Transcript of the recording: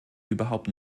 überhaupt